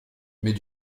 mais